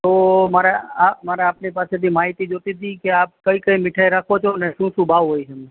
તો મારે આ મારે આપની પાસેથી માહિતી જોતીતી કે આપ કઈ કઈ મીઠાઈ રાખો છો અને શું શું ભાવ હોય છે